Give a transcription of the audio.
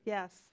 Yes